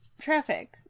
traffic